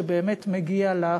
שבאמת מגיע לך,